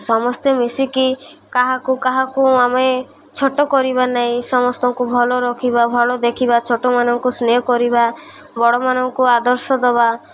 ସମସ୍ତେ ମିଶିକି କାହାକୁ କାହାକୁ ଆମେ ଛୋଟ କରିବା ନାଇଁ ସମସ୍ତଙ୍କୁ ଭଲ ରଖିବା ଭଲ ଦେଖିବା ଛୋଟମାନଙ୍କୁ ସ୍ନେହ କରିବା ବଡ଼ମାନଙ୍କୁ ଆଦର୍ଶ ଦବା